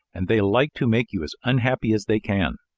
and they like to make you as unhappy as they can.